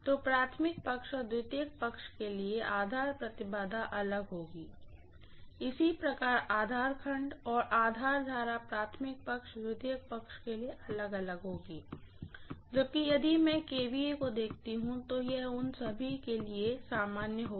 तो प्राइमरीसाइड और secondary side के लिए आधार इम्पीडेन्स अलग होगी इसी प्रकार आधार खंड और आधार करंट प्राइमरीसाइड और सेकेंडरी साइड के लिए अलग अलग होगी जबकि यदि मैं kVA को देखती हूं तो यह उन सभी के लिए सामान्य होगा